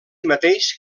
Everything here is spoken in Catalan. mateix